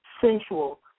sensual